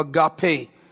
agape